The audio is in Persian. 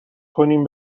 کنیم